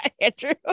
Andrew